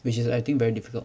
which is I think very difficult